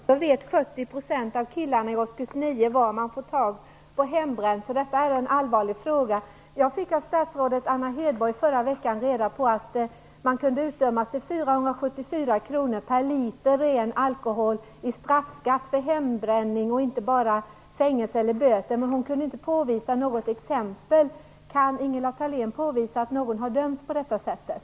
Herr talman! Enligt en enkät som Skaraborgsinstitutet har gjort vet 40 % av killarna i årskurs 9 var man får tag på hembränt. Detta är en allvarlig fråga. Jag fick av statsrådet Anna Hedborg förra veckan reda på att man kan utdöma straffskatt med 474 kr per liter ren alkohol för hembränning, och inte bara fängelse eller böter. Men hon kunde inte ge något exempel. Kan Ingela Thalén påvisa att någon har dömts på detta sätt?